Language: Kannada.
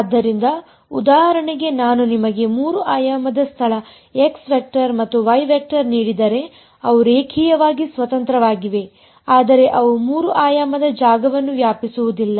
ಆದ್ದರಿಂದ ಉದಾಹರಣೆಗೆ ನಾನು ನಿಮಗೆ ಮೂರು ಆಯಾಮದ ಸ್ಥಳ x ವೆಕ್ಟರ್ ಮತ್ತು y ವೆಕ್ಟರ್ ನೀಡಿದರೆ ಅವು ರೇಖೀಯವಾಗಿ ಸ್ವತಂತ್ರವಾಗಿವೆ ಆದರೆ ಅವು ಮೂರು ಆಯಾಮದ ಜಾಗವನ್ನು ವ್ಯಾಪಿಸುವುದಿಲ್ಲ